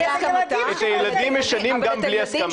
אבל את הילדים שלה --- את הילדים משנים גם בלי הסכמה.